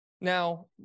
Now